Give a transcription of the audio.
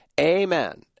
amen